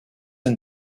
and